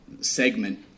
segment